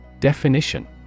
Definition